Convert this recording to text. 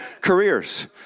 careers